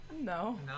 No